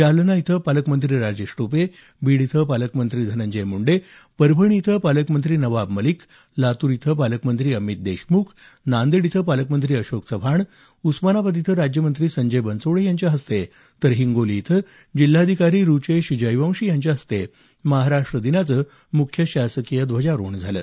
जालना इथं पालकमंत्री राजेश टोपे बीड इथं पालकमंत्री धनंजय मुंडे परभणी इथं पालकमंत्री नवाब मलिक लातूर इथं पालकमंत्री अमित देशमुख नांदेड इथं पालकमंत्री अशोक चव्हाण उस्मानाबाद इथं राज्यमंत्री संजय बनसोडे यांच्या हस्ते तर हिंगोली इथं जिल्हाधिकारी रुचेश जयवंशी यांच्या हस्ते महाराष्ट्र दिनाचं मुख्य शासकीय ध्वजारोहण झालं